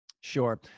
Sure